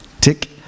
Tick